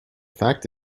fact